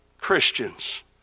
Christians